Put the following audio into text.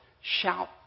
shout